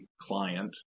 client